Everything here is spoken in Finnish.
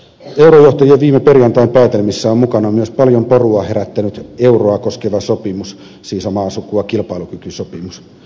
eurojohtajien viime perjantain päätelmissä on mukana myös paljon porua herättänyt euroa koskeva sopimus siis omaa sukua kilpailukykysopimus